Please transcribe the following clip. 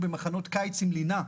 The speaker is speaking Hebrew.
מחנות קיץ עם לינה,